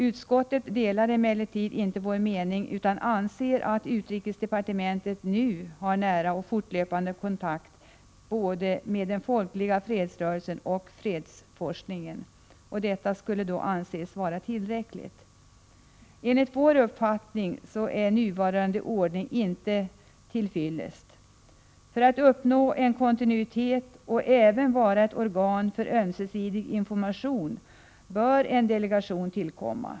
Utskottet delar emellertid inte vår mening utan anser att utrikesdepartementet redan nu har nära och fortlöpande kontakt både med den folkliga fredsrörelsen och med fredsforskningen och att denna kontakt är tillräcklig. Enligt vår mening är nuvarande ordning emellertid inte till fyllest. För att man skall kunna uppnå en kontinuitet och få ett organ även för ömsesidig information bör en delegation tillkomma.